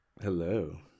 Hello